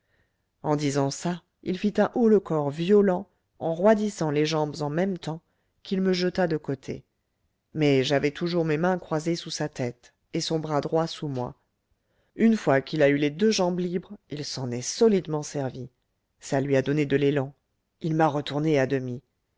en disant ça il fit un haut-le-corps violent en roidissant les jambes en même temps qu'il me jeta de côté mais j'avais toujours mes mains croisées sous sa tête et son bras droit sous moi une fois qu'il a eu les deux jambes libres il s'en est solidement servi ça lui a donné de l'élan il m'a retourné à demi